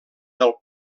del